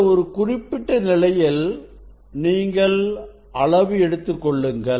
இந்த ஒரு குறிப்பிட்ட நிலையில் நீங்கள் அளவு எடுத்துக் கொள்ளுங்கள்